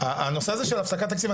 הנושא הזה של הפסקת תקציב,